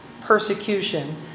persecution